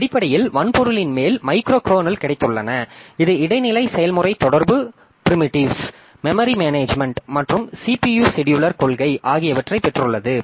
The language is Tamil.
அடிப்படையில் வன்பொருளின் மேல் மைக்ரோ கர்னல் கிடைத்துள்ளன இது இடைநிலை செயல்முறை தொடர்பு ப்ரிமிட்டிவ்ஸ் மெமரி மேனேஜ்மென்ட் மற்றும் CPU செடியூலர் கொள்கை ஆகியவற்றைப் பெற்றுள்ளது